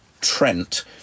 Trent